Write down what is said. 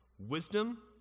Wisdom